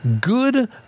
Good